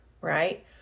right